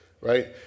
right